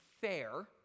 fair